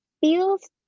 feels